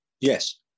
Yes